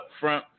upfront